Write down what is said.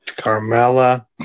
Carmella